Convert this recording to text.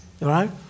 right